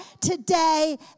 today